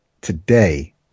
today